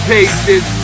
Paces